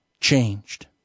changed